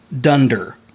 dunder